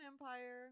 Empire